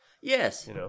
Yes